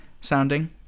sounding